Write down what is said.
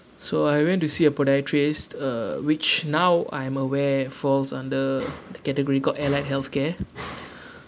so I went to see a podiatrist uh which now I am aware falls under the category called allied health care